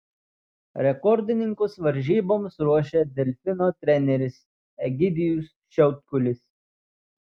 rekordininkus varžyboms ruošia delfino treneris egidijus šiautkulis